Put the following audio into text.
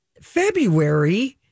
February